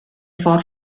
for